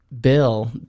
bill